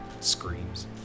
Screams